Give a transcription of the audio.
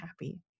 happy